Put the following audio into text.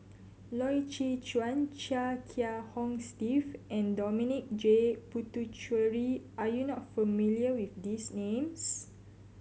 Loy Chye Chuan Chia Kiah Hong Steve and Dominic J Puthucheary are you not familiar with these names